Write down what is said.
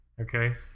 Okay